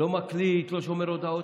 לא מקליט, לא שומר הודעות.